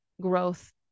growth